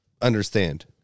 understand